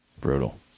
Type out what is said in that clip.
Brutal